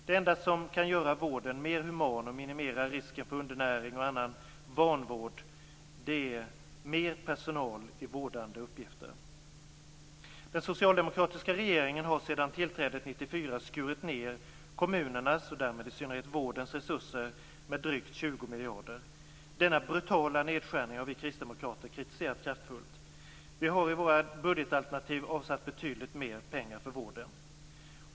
Det enda som kan göra vården mer human och minimera risken för undernäring och annan vanvård är mer personal i vårdande uppgifter. Den socialdemokratiska regeringen har sedan tillträdet 1994 skurit ned kommunernas och därmed i synnerhet vårdens resurser med drygt 20 miljarder. Denna brutala nedskärning har vi kristdemokrater kritiserat kraftfullt. Vi har i vårt budgetalternativ avsatt betydligt mer pengar till vården.